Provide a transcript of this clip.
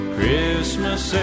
Christmas